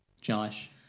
Josh